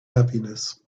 happiness